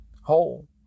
whole